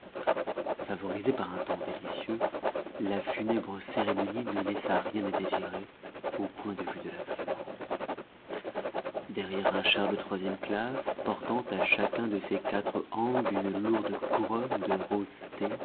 favorisée par un temps délicieux la funèbre cérémonie ne laissa rien à désirer au point de vue de l'agrément derrière un char de e classe portant à chacun de ses quatre angles une lourde couronne de